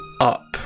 up